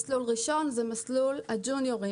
מסלול ראשון הוא מסלול הג'וניורים,